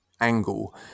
angle